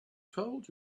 told